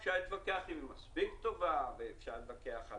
אפשר להתווכח אם היא מספיק טובה ואפשר להתווכח על